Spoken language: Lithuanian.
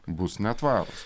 bus netvarūs